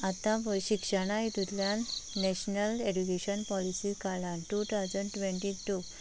आतां पळय शिक्षणा हितूंतल्यान नॅशनल एडुकेशन पॉलिसी काडला टू ठावसण ट्वेंटी टू